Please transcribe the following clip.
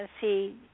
see